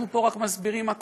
אנחנו פה רק מסבירים מה קורה.